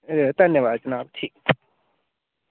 एह् धन्यवाद जनाब ठीक